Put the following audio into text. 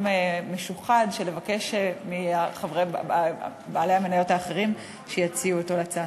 המשוחד ולבקש מבעלי המניות האחרים שיציעו את ההצעה.